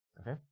Okay